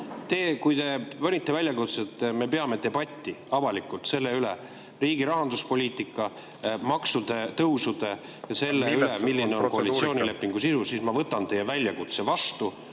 Kui te [esitasite] väljakutse, et me peame debatti avalikult selle üle – riigi rahanduspoliitika, maksude tõusude ja selle üle, milline on koalitsioonilepingu sisu –, siis ma võtan teie väljakutse vastu.